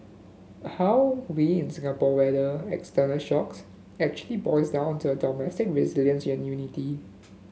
how we in Singapore weather external shocks actually boils down to our domestic resilience and unity